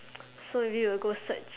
so maybe will go search